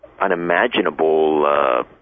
unimaginable